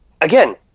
again